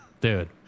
dude